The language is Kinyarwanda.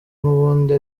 n’ubundi